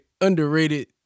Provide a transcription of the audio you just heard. underrated